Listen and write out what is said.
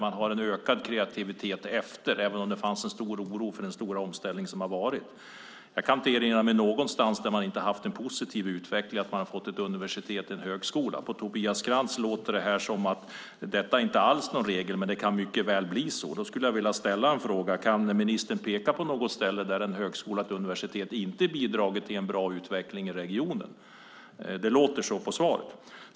Man har en ökad kreativitet även om det fanns en stor oro för den stora omställning som har varit. Jag kan inte erinra mig någon ort där man inte har haft en positiv utveckling när man har fått ett universitet eller en högskola. På Tobias Krantz låter det som om detta inte alls är regel men att det mycket väl kan bli så. Då skulle jag vilja ställa en fråga: Kan ministern peka på något ställe där en högskola eller ett universitet inte har bidragit till en bra utveckling i regionen? Det låter så på svaret.